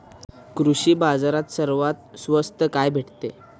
कृषी बाजारात सर्वात स्वस्त काय भेटते?